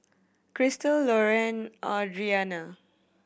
Crystal Loraine Audrianna